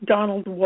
Donald